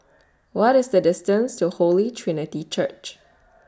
What IS The distance to Holy Trinity Church